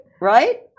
Right